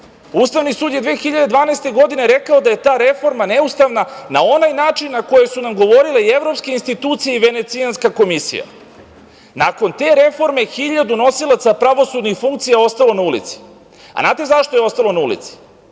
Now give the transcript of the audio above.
Ustavni sud je 2012. godine rekao da je ta reforma neustavna na onaj način na koji su nam govorile i evropske institucije, i Venecijanska komisija. Nakon te reforme 1000 nosilaca pravosudnih funkcija je ostalo na ulici. Znate zašto je ostalo na ulici?